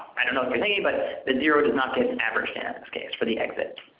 i don't know for and yeah but ah the zero does not get average in, in this case for the exit.